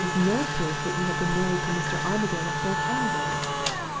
but it is no proof that you have been married to mr. armadale of thorpe ambrose.